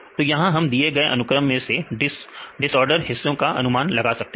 तो यहां हम दिए गए अनुक्रम में से डिसऑर्डर हिस्सों का अनुमान लगा सकते हैं